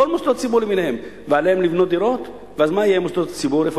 כל מוסדות הציבור למיניהם,